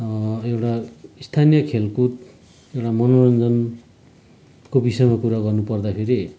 एउटा स्थानीय खेलकुद एउटा मनोरञ्जनको विषयमा कुरा गर्नुपर्दाखेरि